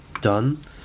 done